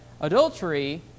adultery